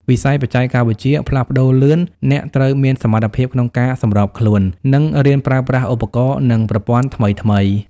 វិស័យបច្ចេកវិទ្យាផ្លាស់ប្តូរលឿន អ្នកត្រូវមានសមត្ថភាពក្នុងការសម្របខ្លួន និងរៀនប្រើប្រាស់ឧបករណ៍ និងប្រព័ន្ធថ្មីៗ។